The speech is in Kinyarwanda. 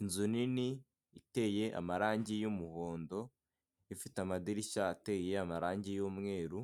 Inzu nini iteye amarangi y'umuhondo, ifite amadirishya ateye amarangi y'umweru,